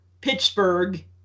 Pittsburgh